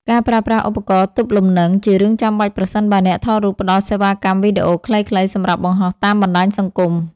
ការប្រើប្រាស់ឧបករណ៍ទប់លំនឹង ជារឿងចាំបាច់ប្រសិនបើអ្នកថតរូបផ្ដល់សេវាកម្មវីដេអូខ្លីៗសម្រាប់បង្ហោះតាមបណ្ដាញសង្គម។